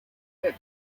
fit